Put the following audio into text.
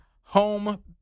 home